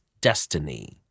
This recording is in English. destiny